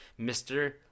Mr